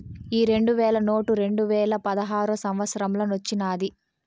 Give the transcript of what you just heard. ఈ రెండు వేల నోటు రెండువేల పదహారో సంవత్సరానొచ్చినాది